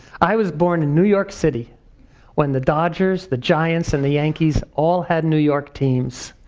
i was born in new york city when the dodgers, the giants, and the yankees all had new york teams.